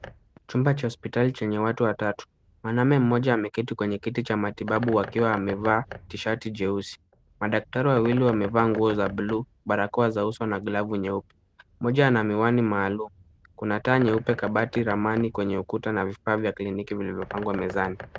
Chumba cha hospitali chenye watu watatu, mwanaume mmoja ameketi kwenye kiti cha matibabu wakiwa amevaa tishati jeusi, madaktari wawili wamevaa nguo za bluu barakoa za uso na glavu nyeupe. Moja ana miwani maalum, kuna taa nyeupe kabati ramani kwenye mkutano wa vifaa vya kliniki uliopangwa mezani.